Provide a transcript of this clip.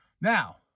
Now